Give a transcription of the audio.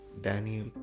Daniel